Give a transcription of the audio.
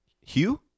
Hugh